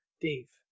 Dave